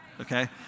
okay